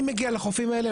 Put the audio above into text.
אני מגיע לחופים האלה,